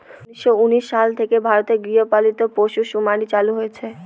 উনিশশো উনিশ সাল থেকে ভারতে গৃহপালিত পশুসুমারী চালু হয়েছে